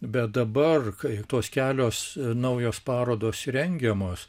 bet dabar kai tos kelios naujos parodos rengiamos